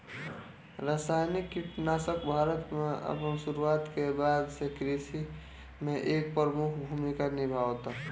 रासायनिक कीटनाशक भारत में अपन शुरुआत के बाद से कृषि में एक प्रमुख भूमिका निभावता